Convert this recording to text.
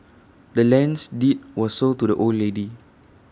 the land's deed was sold to the old lady